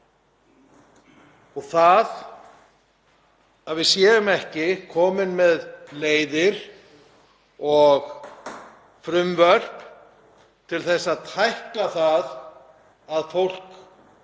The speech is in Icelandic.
Það að við séum ekki komin með leiðir og frumvörp til að tækla þetta, að fólk